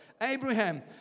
Abraham